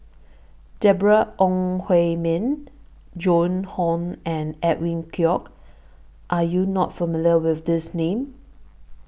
Deborah Ong Hui Min Joan Hon and Edwin Koek Are YOU not familiar with These Names